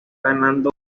ganando